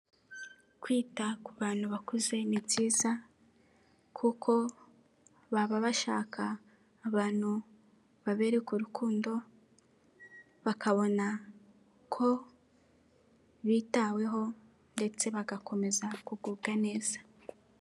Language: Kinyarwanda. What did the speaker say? Kwita ku bantu bakuze ni byiza kuko baba bashaka abantu babereka urukundo, bakabona ko bitaweho ndetse bagakomeza kugubwa neza.